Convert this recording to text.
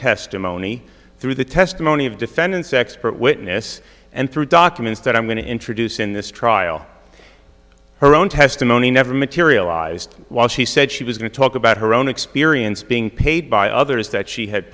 testimony through the testimony of defendant's expert witness and through documents that i'm going to introduce in this trial her own testimony never materialized while she said she was going to talk about her own experience being paid by others that she had